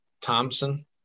Thompson